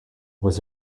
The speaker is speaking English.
was